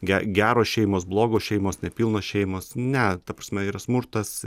ge geros šeimos blogos šeimos nepilnos šeimos ne ta prasme yra smurtas